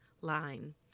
line